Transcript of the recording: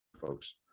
folks